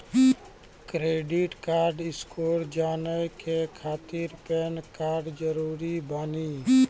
Credit score जाने के खातिर पैन कार्ड जरूरी बानी?